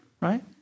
right